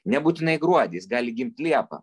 nebūtinai gruodį jis gali gimt liepą